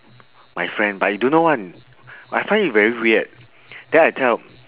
my friend but you don't know one but I find it very weird then I tell